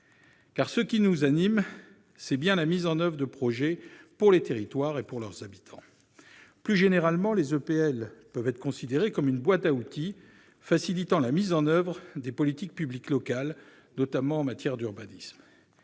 Car, ce qui nous anime, c'est bien la mise en oeuvre de projets pour les territoires et pour leurs habitants ! Plus généralement, les EPL, les entreprises publiques locales, peuvent être considérées comme une « boîte à outils » facilitant la mise en oeuvre des politiques publiques locales, notamment en matière d'urbanisme.